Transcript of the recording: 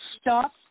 Stop